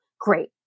Great